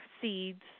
seeds